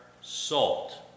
salt